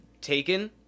taken